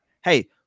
Hey